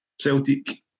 Celtic